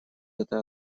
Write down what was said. это